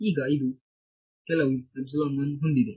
ಮತ್ತು ಈಗ ಇದು ಕೆಲವು ಎಪ್ಸಿಲಾನ್ 1 ಹೊಂದಿದೆ